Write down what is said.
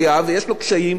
ויש לו משימה לא קלה,